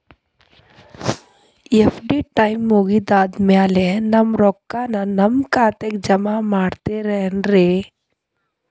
FD time ಮುಗಿದಾದ್ ಮ್ಯಾಲೆ ನಮ್ ರೊಕ್ಕಾನ ನಮ್ ಖಾತೆಗೆ ಜಮಾ ಮಾಡ್ತೇರೆನ್ರಿ?